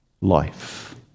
life